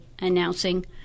announcing